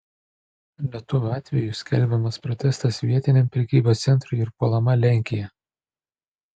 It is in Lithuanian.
lietuvio atveju skelbiamas protestas vietiniam prekybcentriui ir puolama lenkija